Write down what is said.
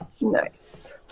Nice